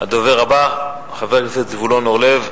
הדובר הבא, חבר הכנסת זבולון אורלב,